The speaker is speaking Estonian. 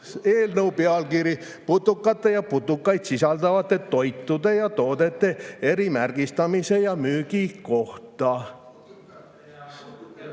Eelnõu pealkiri: "Putukate ja putukaid sisaldavate toitude ja toodete erimärgistamise ja müügi kohta".